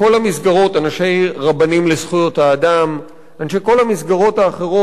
"רבנים לזכויות אדם" ואנשי כל המסגרות האחרות